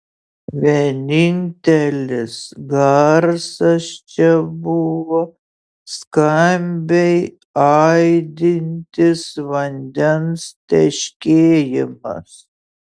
vienintelis garsas čia buvo skambiai aidintis vandens teškėjimas